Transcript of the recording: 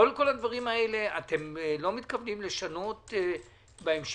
כל הדברים האלה - אתם לא מתכוונים לשנות בהמשך,